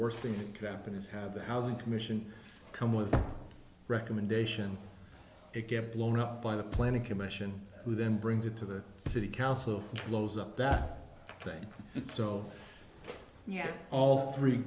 worst thing that could happen is have the housing commission come with a recommendation to get blown up by the planning commission who then brings it to the city council blows up that thing so yeah all three